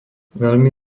veľmi